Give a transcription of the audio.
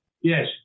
Yes